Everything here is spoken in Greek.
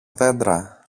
δέντρα